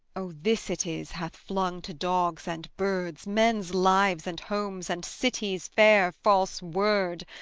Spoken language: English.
oh, this it is hath flung to dogs and birds men's lives and homes and cities-fair false word!